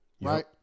right